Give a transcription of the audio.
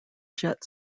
jet